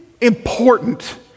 important